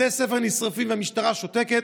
בתי הספר נשרפים והמשטרה שותקת,